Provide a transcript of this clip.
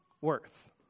worth